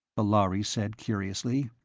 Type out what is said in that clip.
the lhari said curiously.